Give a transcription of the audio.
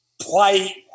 play